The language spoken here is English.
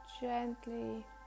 gently